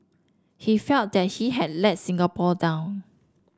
he felt that he had let Singapore down